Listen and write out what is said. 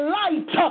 light